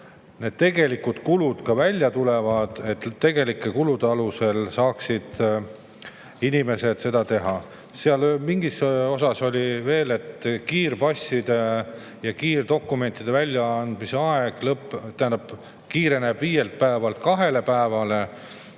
kus tegelikud kulud välja tulevad, et tegelike kulude alusel saaksid inimesed seda teha. Mingis osas oli veel [kirjas], et kiirpasside ja kiirdokumentide väljaandmise aeg kiireneb viielt päevalt kahele päevale